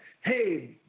hey